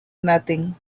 nothing